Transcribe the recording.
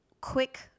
quick